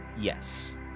Yes